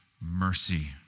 mercy